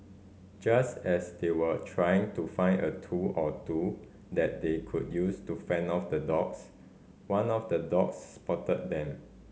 just as they were trying to find a tool or two that they could use to fend off the dogs one of the dogs spotted them